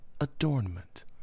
adornment